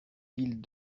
villes